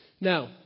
Now